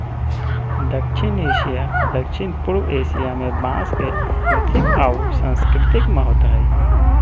दक्षिण एशिया, दक्षिण पूर्व एशिया में बांस के आर्थिक आऊ सांस्कृतिक महत्व हइ